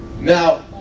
Now